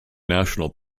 national